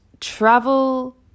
travel